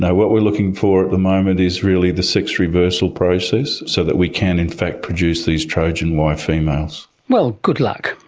no, what we are looking for at the moment is really the sex reversal process so that we can in fact produce these trojan y females. well, good luck.